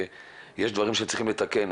יש דברים שצריכים לתקן,